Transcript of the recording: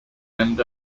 end